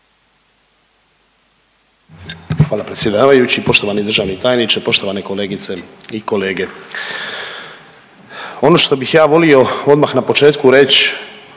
Hvala predsjedavajući, poštovani državni tajniče, poštovane kolegice i kolege. Ono što bih ja volio odmah na početku reći